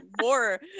more